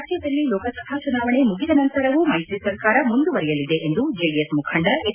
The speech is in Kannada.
ರಾಜ್ಯದಲ್ಲಿ ಲೋಕಸಭಾ ಚುನಾವಣೆ ಮುಗಿದ ನಂತರವೂ ಮೈತ್ರಿ ಸರ್ಕಾರ ಮುಂದುವರೆಯಲಿದೆ ಎಂದು ಜೆಡಿಎಸ್ ಮುಖಂಡ ಎಚ್